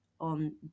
on